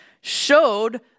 showed